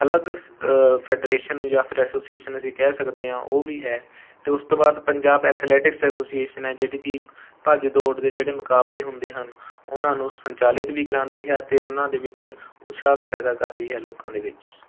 ਅਲੱਗ ਫੈਡਰੇਸ਼ਨ ਯਾ ਫਿਰ ਐਸੋਸੀਏਸ਼ਨ ਅਸੀਂ ਕਹਿ ਸਕਦੇ ਹਾਂ ਉਹ ਵੀ ਹੈ ਅਤੇ ਉਸ ਤੋਂ ਬਾਅਦ ਪੰਜਾਬ ਐਥਲੈਟਿਕਸ ਐਸੋਸੀਏਸ਼ਨ ਹੈ ਜਿਹੜੀ ਕਿ ਭੱਜ ਦੋੜ ਦੇ ਜਿਹੜੇ ਮੁਕਾਬਲੇ ਹੁੰਦੇ ਹਨ ਉਹਨਾਂ ਨੂੰ ਸੰਚਾਲਿਤ ਵੀ ਕਰਾਉਂਦੀ ਹੈ ਅਤੇ ਉਹਨਾਂ ਦੇ ਵਿੱਚ ਉਤਸ਼ਾਹ ਵੀ ਪੈਦਾ ਕਰਦੀ ਹੈ ਲੋਕਾਂ ਦੇ ਵਿੱਚ